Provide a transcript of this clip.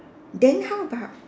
then how about